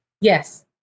Yes